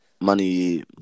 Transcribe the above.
money